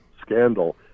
scandal